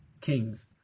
kings